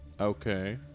Okay